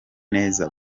neza